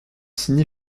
signé